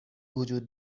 وجود